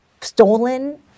stolen